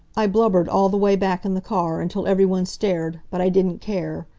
i blubbered all the way back in the car, until everyone stared, but i didn't care.